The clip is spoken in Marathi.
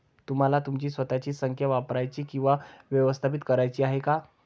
तुम्हाला तुमची स्वतःची संख्या वापरायची किंवा व्यवस्थापित करायची आहे का?